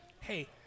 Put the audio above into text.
hey